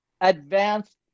advanced